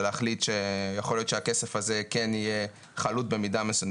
ולהחליט שיכול להיות שהכסף הזה כן יהיה חלוט במידה מסוימת.